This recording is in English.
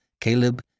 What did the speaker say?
Caleb